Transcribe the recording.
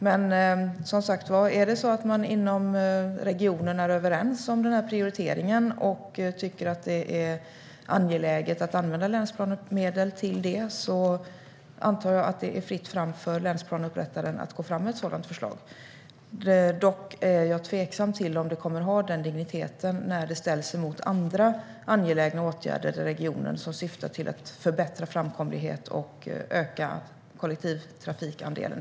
Men, som sagt var, om man inom regionen är överens om den här prioriteringen och tycker att det är angeläget att använda länsplanemedel för detta antar jag att det är fritt fram för länsplaneupprättaren att gå fram med ett sådant förslag. Jag är dock tveksam till att det kommer att ha den digniteten när det ställs mot andra angelägna åtgärder i regionen som syftar till att exempelvis förbättra framkomligheten och öka kollektivtrafikandelen.